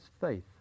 faith